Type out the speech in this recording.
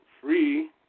free